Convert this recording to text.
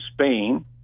Spain